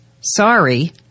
Sorry